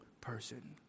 person